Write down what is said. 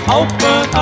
open